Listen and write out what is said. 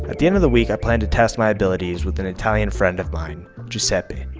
at the end of the week, i plan to test my abilities with an italian friend of mine giuseppe.